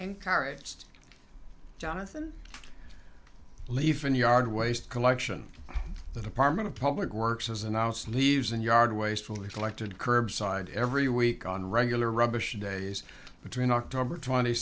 encouraged jonathan leaf in the yard waste collection the department of public works as an ounce leaves and yard wastefully collected curbside every week on regular rubbish days between october twenty